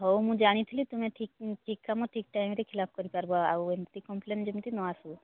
ହଉ ମୁଁ ଜାଣିଥିଲି ତୁମେ ଠିକ୍ କାମ ଠିକ୍ ଟାଇମ୍ରେ ଖିଲାପ କରିପାରିବ ଆଉ ଏମିତି କମ୍ପ୍ଲେନ୍ ଯେମିତି ନ ଆସୁ